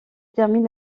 termine